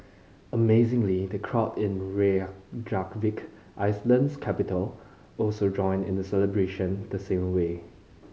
amazingly the crowd in Reykjavik Iceland's capital also joined in the celebration the same way